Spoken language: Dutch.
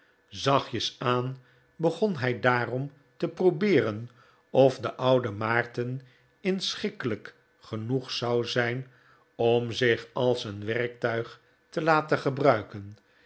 zachtjes aan begon hij daarom te probeeren of de oude maarten inschikkelijk genoeg zou zijn om zich als een werktuig te laten gebruiken